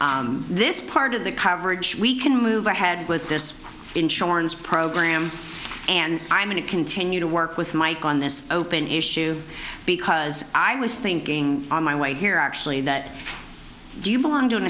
so this part of the coverage we can move ahead with this insurance program and i'm going to continue to work with mike on this open issue because i was thinking on my way here actually that do you belong to an